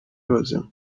bazima